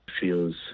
feels